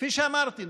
כפי שאמרתי,